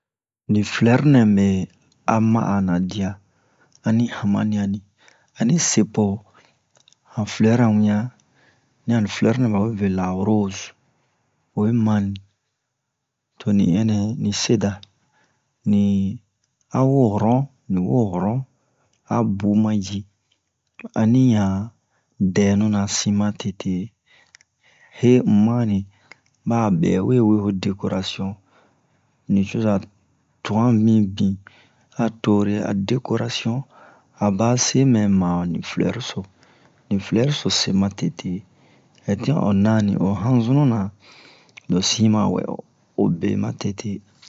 ni fulɛru nɛ me a ma'a diya ani hanmaniyan ni ani se po han fulɛru-ra wiɲan ni a ni fulɛru nɛ ɓa we ve la roze oyi ma ni to ni ɛnnɛn ni se da ni a wo ron ni wo ron a bun ma ji ani ɲan dɛnu-na sin matete he un mamu ɓa a ɓɛ we wee ho dekorasiyon nucoza tuwan mibin a tore a dekorasiyon aba se mɛ ma mu fulɛru so ni fulɛru so hɛ tin'a o nani o hanzunnu na lo sin ma wɛ o be matete